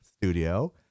studio